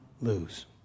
lose